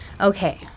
Okay